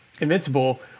invincible